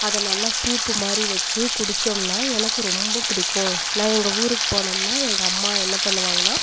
அதை நல்லா சூப்பு மாதிரி வச்சு குடிச்சோம்னா எனக்கு ரொம்ப பிடிக்கும் நான் எங்கள் ஊருக்கு போனோம்னா எங்கள் அம்மா என்ன பண்ணுவாங்கன்னா